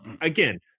Again